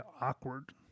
awkward